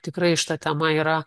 tikrai šita tema yra